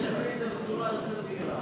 זה לא תפילת ערבית,